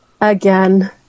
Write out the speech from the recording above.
again